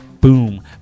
boom